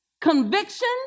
conviction